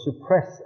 suppress